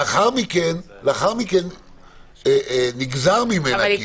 לאחר מכן נגזר ממנה.